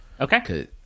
Okay